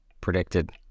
predicted